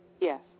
yes